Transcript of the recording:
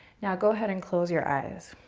now, go ahead and close your eyes.